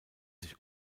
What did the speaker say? sich